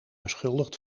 beschuldigd